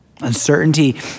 Uncertainty